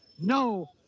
no